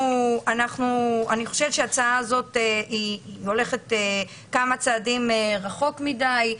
אני חושבת שההצעה הזאת הולכת כמה צעדים רחוק מדי,